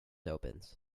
opens